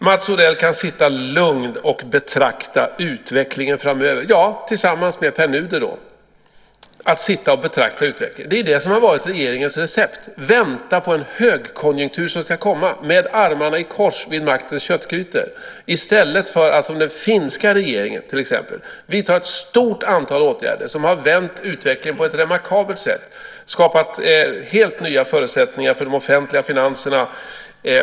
Mats Odell kan sitta lugn och betrakta utvecklingen framöver. Ja, tillsammans med Pär Nuder då. Att sitta och betrakta utvecklingen har ju varit regeringens recept, att vänta på en högkonjunktur som ska komma med armarna i kors vid maktens köttgrytor, i stället för att göra som den finska regeringen till exempel, som har vidtagit ett stort antal åtgärder som har vänt utvecklingen på ett remarkabelt sätt och skapat helt nya förutsättningar för de offentliga finanserna.